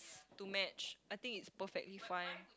to match I think it's perfectly fine